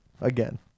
again